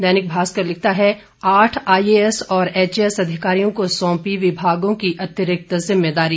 दैनिक भास्कर लिखता है आठ आईएएस और एचएएस अधिकारियों को सौंपी विभागों की अतिरिक्त जिम्मेदारी